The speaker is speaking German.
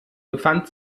befand